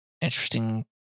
interesting